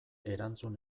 erantzun